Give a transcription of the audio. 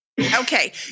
Okay